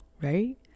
Right